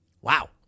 Wow